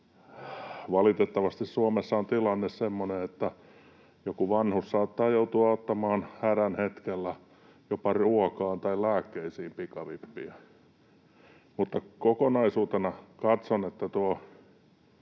valitettavasti Suomessa on tilanne semmoinen, että joku vanhus saattaa joutua ottamaan hädän hetkellä jopa ruokaan tai lääkkeisiin pikavippiä. Kokonaisuutena katson, nämäkin